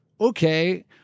okay